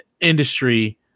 industry